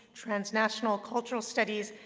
transnational cultural studies,